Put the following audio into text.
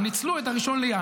הן ניצלו את 1 בינואר,